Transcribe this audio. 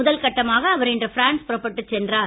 முதல்கட்டமாக அவர் இன்று பிரான்ஸ் புறப்பட்டுச் சென்றார்